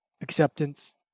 acceptance